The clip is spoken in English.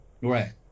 Right